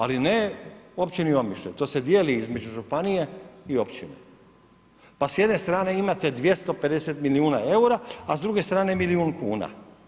Ali, ne općini Omišalj, to se dijeli između županije i općine, pa s jedne strane imate 250 milijuna eura, a s druge strane milijun kuna.